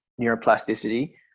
neuroplasticity